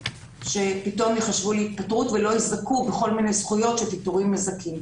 שפתאום ייחשבו להתפטרות ולא יזכו בכל מיני זכויות שפיטורים מזכים.